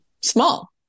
small